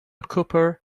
cooper